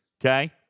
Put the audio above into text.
okay